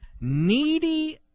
needy